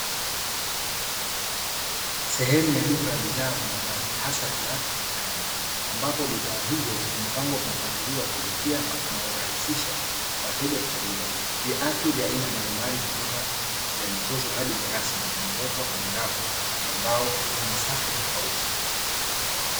Sehemu ya duka la bidhaa za mavasi hasa viatu na mikanda ambapo bidhaa hizo zimepangwa kwa mpangilio wa kuvutia na unaorahisisha wateja kuchagua. Viatu vya aina mbali mbali kutoka vya michezo hadi vya rasmi vimewekwa kwenye rafu ambayo yenye safu tofauti.